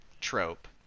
trope